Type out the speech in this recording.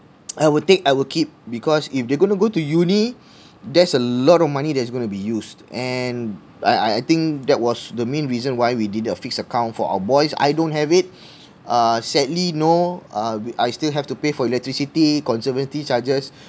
I will take I will keep because if they're gonna go to uni there's a lot of money that's going to be used and I I I think that was the main reason why we did a fixed account for our boys I don't have it uh sadly no uh I still have to pay for electricity conservancy charges